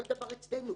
אותו הדבר אצלנו.